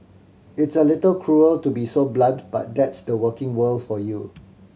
it's a little cruel to be so blunt but that's the working world for you